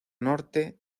norte